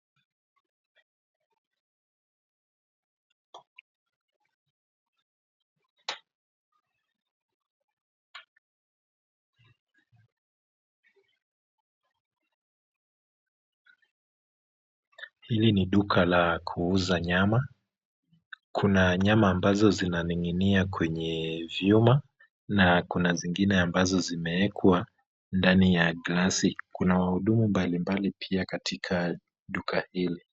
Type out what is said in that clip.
Hili ni duka la kuuza nyama. Kuna nyama ambazo zinaning'inia kwenye vyuma, na kuna zingine ambazo zimewekwa ndani ya glasi. Kuna wahudumu mbalimbali katika duka hilo.